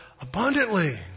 Abundantly